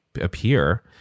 appear